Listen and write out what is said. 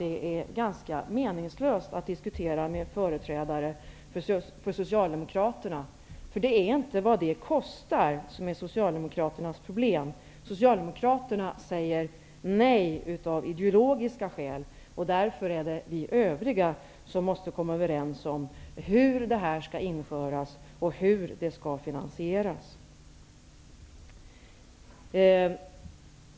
Det är ganska meningslöst att diskutera priset för detta med en företrädare för Socialdemokraterna, eftersom det inte är kostnaden som är Socialdemokraternas problem. Socialdemokraterna säger nej av ideologiska skäl. Därför är det vi övriga som måste komma överens om hur detta skall införas och hur det skall finansieras.